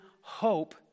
hope